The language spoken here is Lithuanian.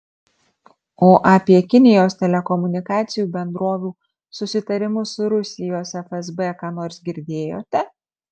o apie kinijos telekomunikacijų bendrovių susitarimus su rusijos fsb ką nors girdėjote